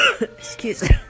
Excuse